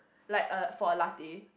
like uh for a latte